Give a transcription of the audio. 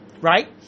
right